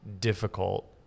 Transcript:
difficult